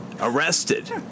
arrested